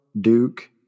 Duke